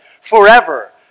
forever